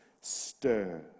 stir